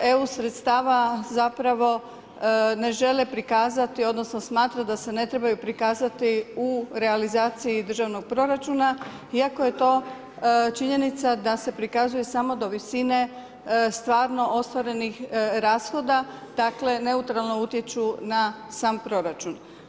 EU sredstava zapravo ne žele prikazati, odnosno smatra da se ne trebaju prikazati u realizaciji državnog proračuna, iako je to činjenica da se prikazuje samo do visine stvarno ostvarenih rashoda, dakle neutralno utječu na sam proračun.